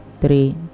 three